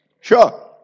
Sure